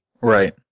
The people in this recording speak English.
Right